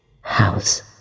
house